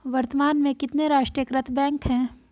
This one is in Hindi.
वर्तमान में कितने राष्ट्रीयकृत बैंक है?